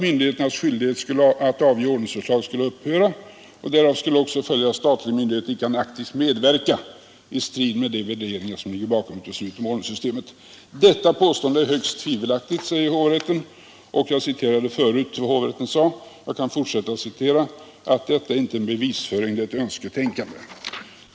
Myndigheternas skyldighet att avge ordensförslag skulle upphöra. Därav skulle också följa att statlig myndighet icke kan aktivt medverka i strid med de värderingar som ligger bakom beslutet om ordenssystemet. Detta påstående är högst tvivelaktigt, säger hovrätten. Jag citerade förut vad hovrätten sagt. Hovrätten fortsätter: Detta är inte en bevisning utan ett önsketänkande.